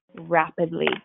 rapidly